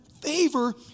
favor